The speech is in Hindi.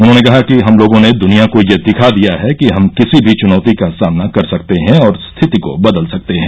उन्होंने कहा कि हम लोगों ने द्निया को ये दिखा दिया है कि हम किसी भी चुनौती का सामना कर सकते हैं और स्थिति को बदल सकते हैं